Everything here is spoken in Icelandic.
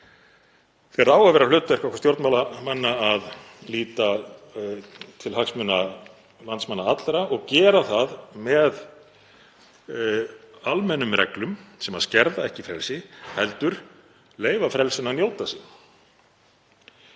það á að vera hlutverk okkar stjórnmálamanna að líta til hagsmuna landsmanna allra og gera það með almennum reglum sem skerða ekki frelsi heldur leyfa frelsinu að njóta sín,